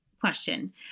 question